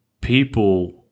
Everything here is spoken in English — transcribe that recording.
people